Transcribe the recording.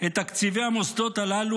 את תקציבי המוסדות הללו,